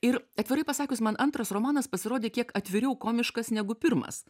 ir atvirai pasakius man antras romanas pasirodė kiek atviriau komiškas negu pirmas